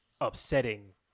upsetting